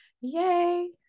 yay